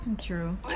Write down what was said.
True